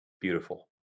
beautiful